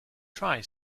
try